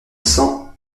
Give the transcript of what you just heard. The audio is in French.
sang